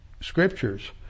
scriptures